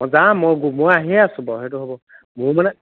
অ যাম মই মই আহিয়ে আছোঁ বাৰু সেইটো হ'ব মোৰ মানে